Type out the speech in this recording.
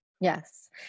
Yes